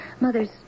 Mother's